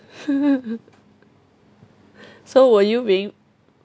so were you being